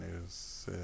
news